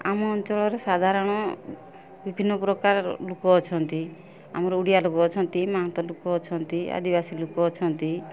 ଆମ ଅଞ୍ଚଳରେ ସାଧାରଣ ବିଭିନ୍ନ ପ୍ରକାର ଲୋକ ଅଛନ୍ତି ଆମର ଓଡ଼ିଆ ଲୋକ ଅଛନ୍ତି ମାହାନ୍ତ ଲୋକ ଅଛନ୍ତି ଆଦିବାସୀ ଲୋକ ଅଛନ୍ତି